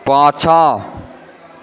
पाछाँ